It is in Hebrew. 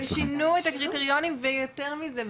ושינו את הקריטריונים ויותר מזה,